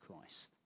Christ